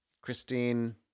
Christine